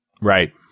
Right